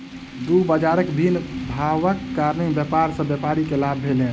दू बजारक भिन्न भावक कारणेँ व्यापार सॅ व्यापारी के लाभ भेलैन